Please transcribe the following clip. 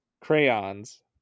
Crayons